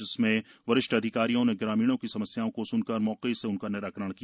जिसमें वरिष्ठ अधिकारियों ने ग्रामीणों की समस्याओं को स्नकर मौके से उनका निराकरण किया